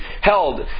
held